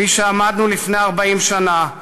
כפי שעמדנו לפני 40 שנה,